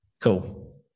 Cool